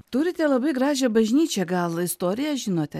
turite labai gražią bažnyčią gal istoriją žinote